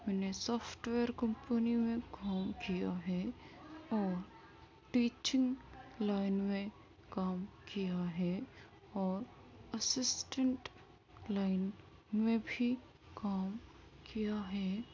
میں نے software company میں کام کیا ہے اور ٹیچنگ لائن میں کام کیا ہے اور اسسٹنٹ لائن میں بھی کام کیا ہے